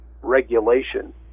regulation